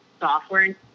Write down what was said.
software